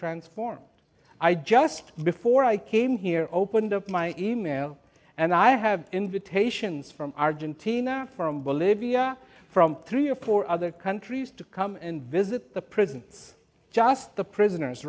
transformed i just before i came here opened up my e mail and i have invitations from argentina from bolivia from three or four other countries to come and visit the prison just the prisoners